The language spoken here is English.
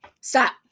Stop